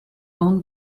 own